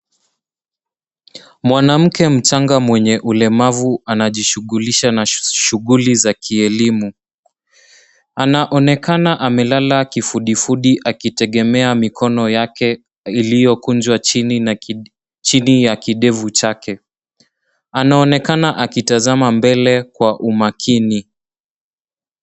Mwanamke mchanga mwenye ulemavu anajishughulisha na shughuli za kielimu, anaonekana amelala kifudifudi akitegemea mikono yake iliyokunjwa chini ya kidevu chake, anaonekana akitazama mbele kwa umakini.